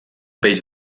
peix